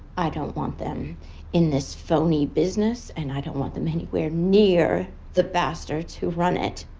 i don't want them in this phony business and i don't want them anywhere near the bastards who run it.